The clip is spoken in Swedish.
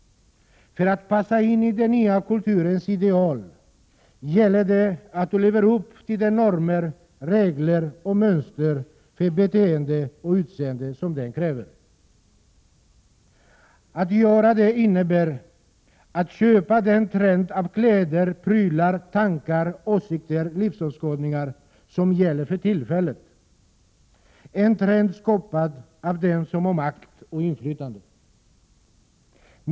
För att passa in i den nya kulturens ideal gäller det att leva upp till de normer, regler och mönster för beteende och utseende som den kräver. Att göra det innebär att köpa den trend av kläder, prylar, tankar, åsikter och livsåskådningar som gäller för tillfället -- en trend skapad av dem som har makt och inflytande.